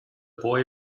boy